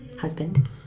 husband